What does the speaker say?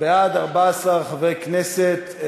אין בעד, 14 חברי כנסת.